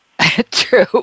True